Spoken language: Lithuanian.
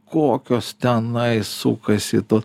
kokios tenai sukasi to